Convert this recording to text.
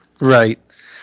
right